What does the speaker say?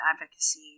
advocacy